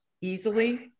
easily